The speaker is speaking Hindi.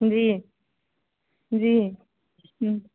जी जी जी